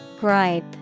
Gripe